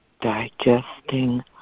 digesting